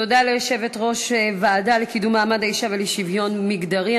תודה ליושבת-ראש הוועדה לקידום מעמד האישה ולשוויון מגדרי.